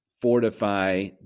Fortify